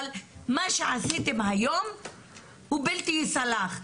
אבל מה שעשיתם היום הוא בלתי נסלח.